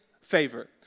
favor